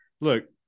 Look